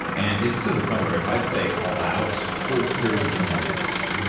and it's to the point where if i play all out, we're very evenly matched.